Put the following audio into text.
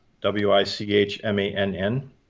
W-I-C-H-M-A-N-N